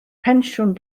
pensiwn